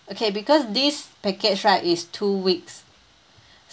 okay because this package right is two weeks